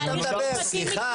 על מה אתה מדבר, סליחה?